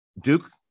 Duke